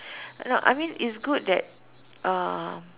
no I mean it's good that uh